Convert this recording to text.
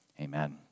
Amen